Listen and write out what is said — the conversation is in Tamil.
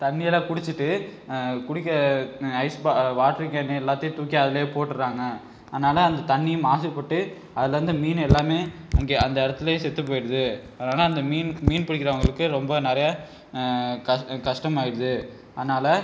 தண்ணியெல்லாம் குடிச்சுட்டு குடிக்க ஐஸ் வா வாட்டர் கேனு எல்லாத்தையும் தூக்கி அதிலே போட்டுறாங்க ஆனால் அந்த தண்ணியும் மாசுப்பட்டு அதுலேருந்து மீன் எல்லாமே அங்கே அந்த இடத்துலே செத்து போயிருது அதனால் அந்த மீன் மீன் பிடிக்கிறவங்களுக்கு ரொம்ப நிறையா கஷ் கஷ்டமாயிருது அதனால்